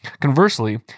Conversely